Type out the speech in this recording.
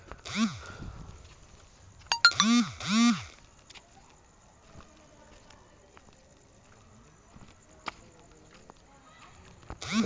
गरमी के दुपहरिया में घोठा पे कई लोग सतुआ खाए आवेला